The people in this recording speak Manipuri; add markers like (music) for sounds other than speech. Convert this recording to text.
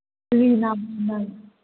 ꯀꯔꯤ (unintelligible)